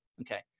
Okay